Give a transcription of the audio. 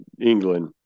England